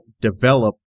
develop